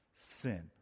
sin